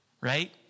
right